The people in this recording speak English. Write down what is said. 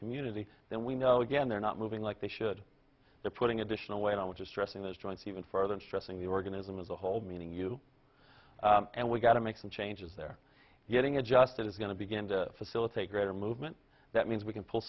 community then we know again they're not moving like they should the putting additional weight on which is stressing the joints even further stressing the organism as a whole meaning you and we've got to make some changes they're getting adjusted is going to begin to facilitate greater movement that means we can pull